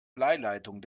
bleileitungen